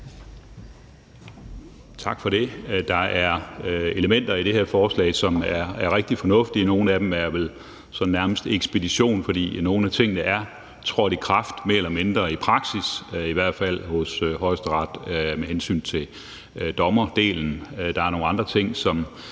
Tak for det. Der er elementer i det her forslag, som er rigtig fornuftige, nogle af dem er vel sådan nærmest ekspedition, for nogle af tingene er mere eller mindre trådt i kraft i praksis, i hvert fald hos Højesteret, med hensyn til dommerdelen. Der er nogle andre ting, som